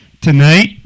tonight